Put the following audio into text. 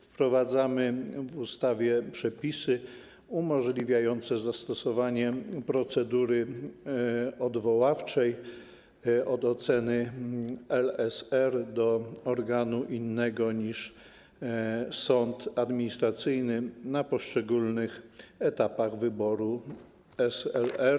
Wprowadzamy w ustawie przepisy umożliwiające zastosowanie procedury odwoławczej od oceny LSR do organu innego niż sąd administracyjny na poszczególnych etapach wyboru LSR.